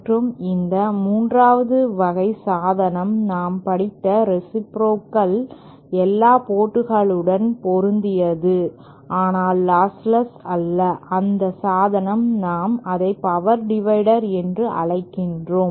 மற்றும் இந்த 3 வது சாதனம் நாம் படித்த ரேசிப்ரோகல் எல்லா போர்ட்களுடனும் பொருந்தியது ஆனால் லாஸ்லெஸ் அல்ல அந்த சாதனம் நாம் அதை பவர் டிவைடர் என்று அழைக்கிறோம்